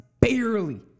barely